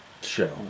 Show